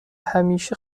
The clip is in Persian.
همیشه